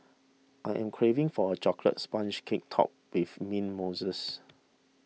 I am craving for a Chocolate Sponge Cake Topped with Mint Mousses